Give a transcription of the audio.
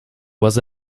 was